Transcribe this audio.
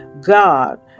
God